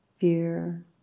fear